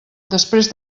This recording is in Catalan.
després